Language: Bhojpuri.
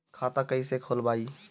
खाता कईसे खोलबाइ?